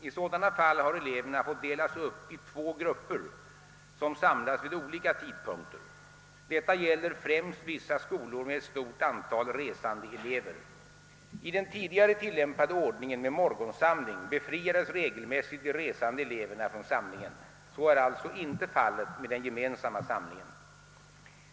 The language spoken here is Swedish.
I sådana fall har eleverna fått delas upp i två grupper som samlats vid olika tidpunkter. Detta gäller främst vissa skolor med ett stort antal resände elever. I den tidigare tillämpade ordningen med morgonsamling befriades regelmässigt de resande eleverna från samlingen. Så är alltså inte fallet med den gemensamma samlingen.